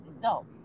No